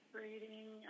reading